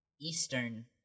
eastern